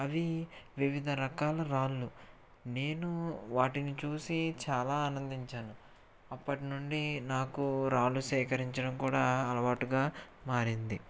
అవి వివిధ రకాల రాళ్ళు నేను వాటిని చూసి చాలా ఆనందించాను అప్పటినుండి నాకు రాళ్ళు సేకరించడం కూడా అలవాటుగా మారింది